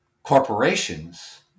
Corporations